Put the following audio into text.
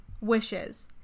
wishes